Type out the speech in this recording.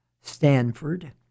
Stanford